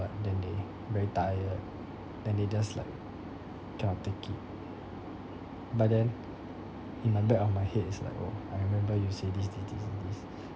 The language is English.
what then they very tired then they just like cannot take it but then in my back of my head is like oh I remember you said this this this this this